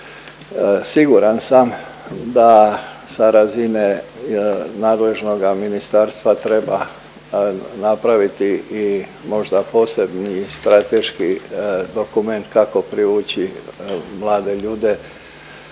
siguran sam da sa razine nadležnoga ministarstva treba napraviti i možda posebni strateški dokument kako privući mlade ljude